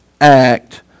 act